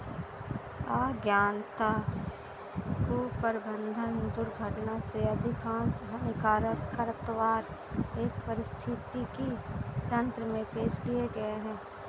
अज्ञानता, कुप्रबंधन, दुर्घटना से अधिकांश हानिकारक खरपतवार एक पारिस्थितिकी तंत्र में पेश किए गए हैं